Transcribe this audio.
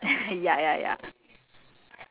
but like I'm just saying like it's quite